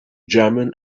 german